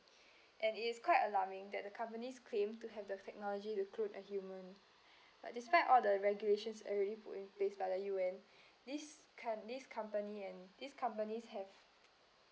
and it is quite alarming that the companies claim to have the technology to clone a human but despite all the regulations already put in place by the U_N this com~ this company and these companies have